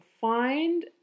find